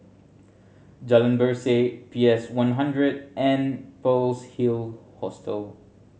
Jalan Berseh P S One hundred and Pearl's Hill Hostel